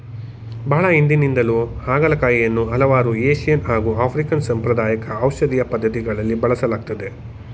ಬಹಳ ಹಿಂದಿನಿಂದಲೂ ಹಾಗಲಕಾಯಿಯನ್ನು ಹಲವಾರು ಏಶಿಯನ್ ಹಾಗು ಆಫ್ರಿಕನ್ ಸಾಂಪ್ರದಾಯಿಕ ಔಷಧೀಯ ಪದ್ಧತಿಗಳಲ್ಲಿ ಬಳಸಲಾಗ್ತದೆ